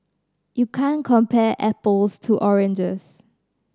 you can't compare apples to oranges